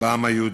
בעם היהודי,